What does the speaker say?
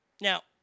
Now